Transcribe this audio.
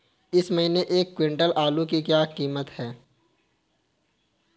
इस महीने एक क्विंटल आलू की क्या कीमत है?